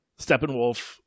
Steppenwolf